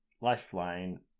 lifeline